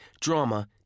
drama